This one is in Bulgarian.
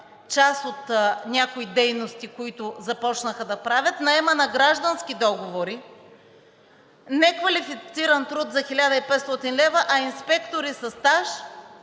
част от някои дейности, които започнаха да правят, наема на граждански договори за неквалифициран труд за 1500 лв., а инспектори със стаж